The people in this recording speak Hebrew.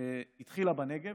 והתחילה בנגב,